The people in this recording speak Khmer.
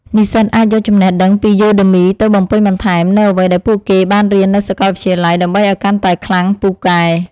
និស្សិតអាចយកចំណេះដឹងពីយូដឺមីទៅបំពេញបន្ថែមនូវអ្វីដែលពួកគេបានរៀននៅសាកលវិទ្យាល័យដើម្បីឱ្យកាន់តែខ្លាំងពូកែ។